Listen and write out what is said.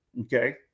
Okay